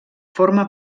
forma